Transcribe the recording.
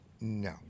no